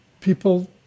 people